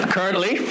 Currently